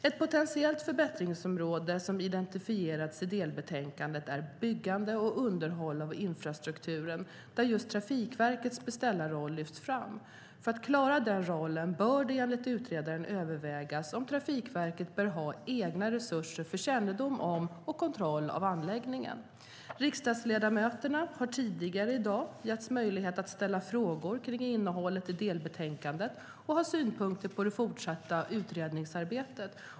Ett potentiellt förbättringsområde som identifierats i delbetänkandet är byggande och underhåll av infrastrukturen där just Trafikverkets beställarroll lyfts fram. För att klara den rollen bör det enligt utredaren övervägas om Trafikverket bör ha egna resurser för kännedom om och kontroll av anläggningen. Riksdagsledamöterna har tidigare i dag getts möjlighet att ställa frågor kring innehållet i delbetänkandet och ha synpunkter på det fortsatta utredningsarbetet.